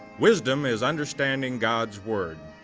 wisdom is understanding god's word.